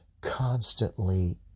constantly